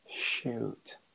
Shoot